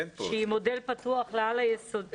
מודל פתוח לעל יסודי.